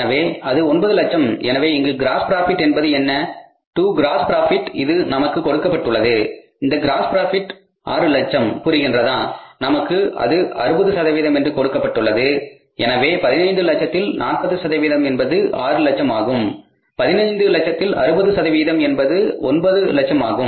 எனவே அது 9 லட்சம் எனவே இங்கு க்ராஸ் ப்ராபிட் என்பது என்ன to க்ராஸ் ப்ராபிட் இது நமக்கு கொடுக்கப்பட்டுள்ளது அந்த க்ராஸ் ப்ராபிட் 600000 புரிகின்றதா நமக்கு அது 60 என்று கொடுக்கப்பட்டுள்ளது எனவே 15 லட்சத்தில் 40 சதவீதம் என்பது 6 லட்சம் ஆகும் 15 லட்சத்தில் 60 சதவீதம் என்பது 9 லட்சம் ஆகும்